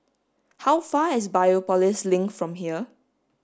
how far is Biopolis Link from here